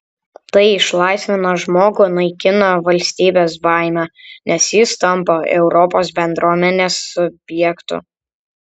tai išlaisvina žmogų naikina valstybės baimę nes jis tampa europos bendruomenės subjektu